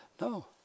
No